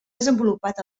desenvolupat